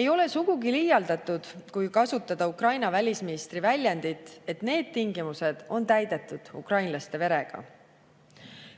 Ei ole sugugi liialdatud, kui kasutada Ukraina välisministri väljendit, et need tingimused on täidetud ukrainlaste verega.